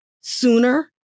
sooner